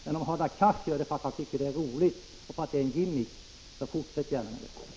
Men om Hadar Cars gör det därför att han tycker att det är roligt och därför att det är en gimmick, får han gärna fortsätta med det.